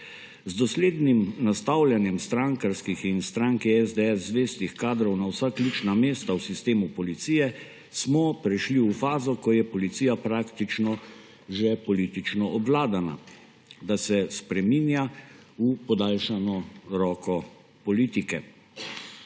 Z doslednim nastavljanjem strankarskih in stranki SDS zvestih kadrov na vsa ključna mesta v sistemu policije smo prešli v fazo, ko je policija praktično že politično obvladana, da se spreminja v podaljšano roko politike.